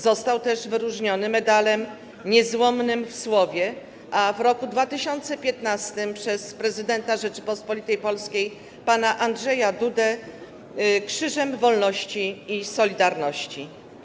Został też wyróżniony medalem „Niezłomnym w Słowie”, a w roku 2015 przez prezydenta Rzeczypospolitej Polskiej pana Andrzeja Dudę - Krzyżem Wolności i Solidarności.